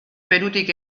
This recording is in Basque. perutik